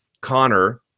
connor